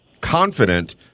confident